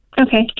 Okay